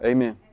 Amen